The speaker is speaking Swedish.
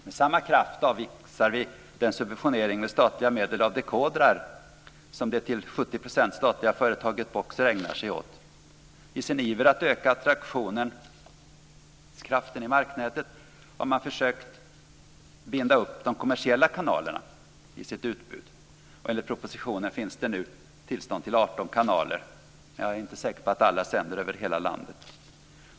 Med samma kraft avvisar vi subventionering med statliga medel av dekodrar som det till 70 % statliga företaget Boxer ägnar sig åt. I sin iver att öka attraktionskraften i marknätet har man försökt att binda upp de kommersiella kanalerna i sitt utbud. Enligt propositionen finns det nu tillstånd till 18 kanaler. Jag är inte säker på att alla sänder över hela landet.